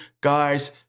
guys